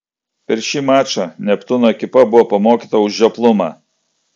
per šį mačą neptūno ekipa buvo pamokyta už žioplumą